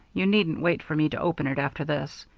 you needn't wait for me to open it after this.